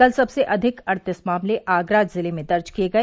कल सबसे अधिक अड़तीस मामले आगरा जिले में दर्ज किए गए